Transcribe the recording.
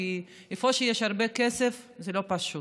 כי איפה שיש הרבה כסף זה לא פשוט.